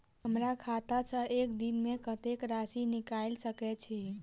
हमरा खाता सऽ एक दिन मे कतेक राशि निकाइल सकै छी